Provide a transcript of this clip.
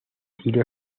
tiro